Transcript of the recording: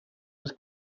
was